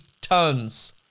tons